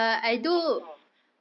oh